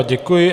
Děkuji.